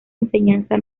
enseñanza